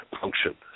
function